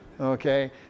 okay